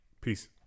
peace